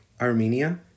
Armenia